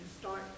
start